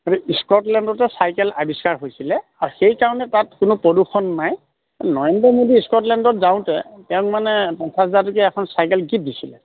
কিন্তু স্কটলেণ্ডতে চাইকেল আৱিষ্কাৰ হৈছিলে আৰু সেইকাৰণে তাত কোনো প্ৰদূষণ নাই নৰেন্দ্ৰ মোদী স্কটলেণ্ডত যাওঁতে তেওঁক মানে পঞ্চাছহাজাৰ টকীয়া এখন চাইকেল গিফ্ট দিছিলে